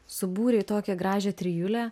subūrei tokią gražią trijulę